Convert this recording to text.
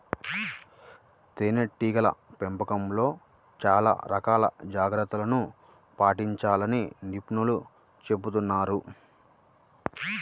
తేనెటీగల పెంపకంలో చాలా రకాల జాగ్రత్తలను పాటించాలని నిపుణులు చెబుతున్నారు